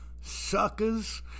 suckers